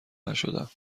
نشدم